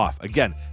Again